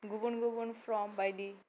गुबुन गुबुन फर्म बायदि